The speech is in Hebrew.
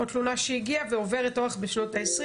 עוד תלונה שהגיעה על עוברת אורח בשנות ה-20,